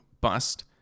bust